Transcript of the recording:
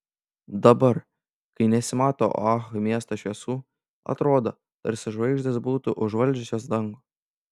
dabar kai nesimato oahu miesto šviesų atrodo tarsi žvaigždės būtų užvaldžiusios dangų